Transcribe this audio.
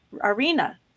arena